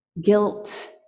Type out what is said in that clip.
guilt